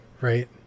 right